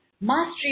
Mastery